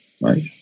right